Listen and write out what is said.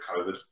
COVID